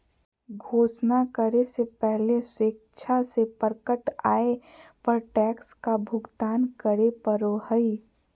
घोषणा करे से पहले स्वेच्छा से प्रकट आय पर टैक्स का भुगतान करे पड़ो हइ